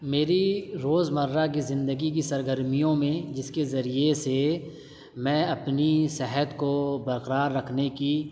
میری روزمرہ کی زندگی کی سرگرمیوں میں جس کے ذریعے سے میں اپنی صحت کو برقرار رکھنے کی